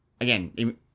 Again